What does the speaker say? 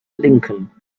lincoln